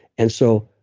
and so,